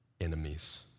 enemies